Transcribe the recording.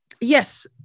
Yes